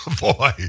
Boy